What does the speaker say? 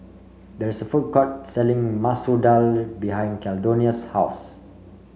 there is a food court selling Masoor Dal behind Caldonia's house